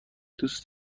دوست